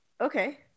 okay